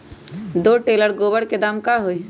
दो टेलर गोबर के दाम का होई?